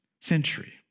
century